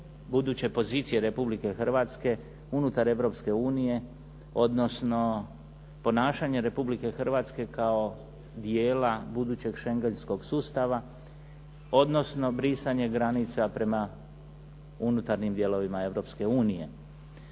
buduće pozicije Republike Hrvatske unutar Europske unije, odnosno ponašanja Republike Hrvatske kao dijela budućeg Shengenskog sustava, odnosno brisanje granica prema unutarnjim dijelovima